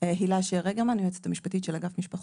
הילה שר רגרמן, היועצת המשפטית של אגף משפחות.